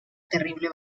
terrible